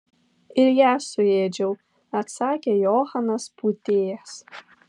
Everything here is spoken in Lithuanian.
ir ją suėdžiau atsakė johanas pūtėjas